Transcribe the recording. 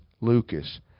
Lucas